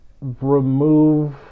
remove